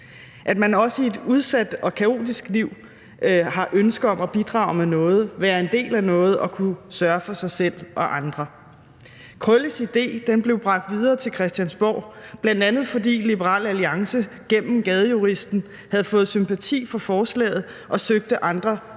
at man også i et udsat og kaotisk liv har ønske om at bidrage med noget, være en del af noget og kunne sørge for sig selv og andre. Krølles idé blev bragt videre til Christiansborg, bl.a. fordi Liberal Alliance gennem Gadejuristen havde fået sympati for forslaget og søgte andre partiers